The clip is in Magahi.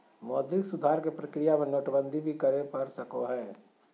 मौद्रिक सुधार के प्रक्रिया में नोटबंदी भी करे पड़ सको हय